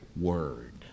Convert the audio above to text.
word